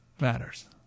matters